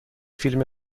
فیلم